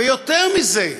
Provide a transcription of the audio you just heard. ויותר מזה,